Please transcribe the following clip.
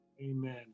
Amen